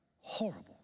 horrible